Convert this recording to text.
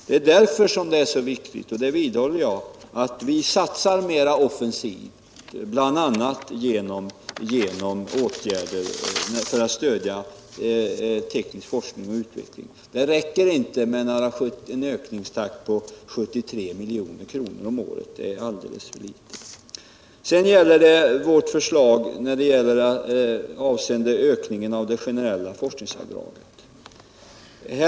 Det är därför det är så viktigt — och det vidhåller jag — att vi satsar mera offensivt bl.a. genom åtgärder för att stödja teknisk forskning och utveckling. Det räcker inte med en ökningstakt på 73 miljoner om året. Det är alldeles för litet. Jag vill också återkomma till vårt förslag avseende ökningen av det generella forskningsavdraget.